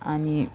अनि